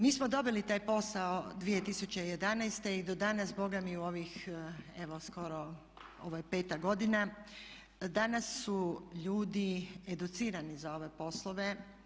Mi smo dobili taj posao 2011. i do danas boga mi u ovih evo skoro ovo je peta godina, danas su ljudi educirani za ove poslove.